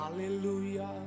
hallelujah